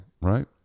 right